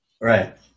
Right